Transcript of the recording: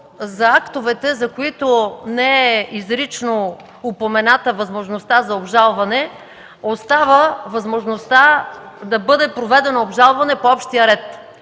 за актовете, за които изрично не е упомената възможността за обжалване, остава възможността да бъде проведено обжалване по общия ред.